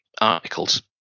articles